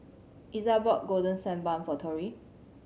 Iza bought Golden Sand Bun for Torrie